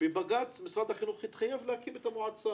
בבג"ץ משרד החינוך התחייב להקים את המועצה